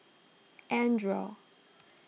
andre